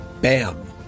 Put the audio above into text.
Bam